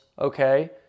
okay